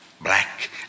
Black